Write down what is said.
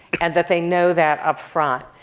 and that they know that up front.